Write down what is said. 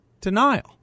denial